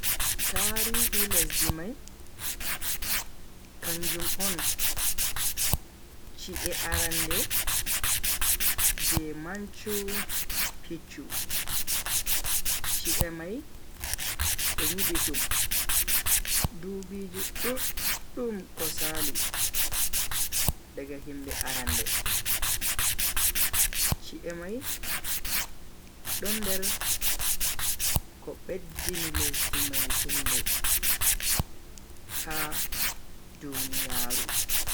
Tarihi lesdi mai kanjum on chi'e arande je manchu picchu. chi'e mai be nyibi dum dubiji duddum ko sali daga himbe arande, chi'e mai do nder ko beddini lesdi mai inde ha duniyaaru.